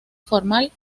formal